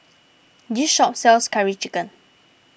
this shop sells Curry Chicken